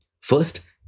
First